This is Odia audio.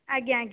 ଆଜ୍ଞା ଆଜ୍ଞା